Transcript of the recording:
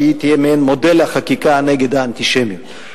שהיא תהיה מעין מודל לחקיקה נגד האנטישמיות.